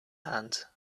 hand